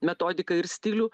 metodiką ir stilių